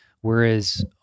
Whereas